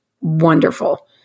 wonderful